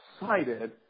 excited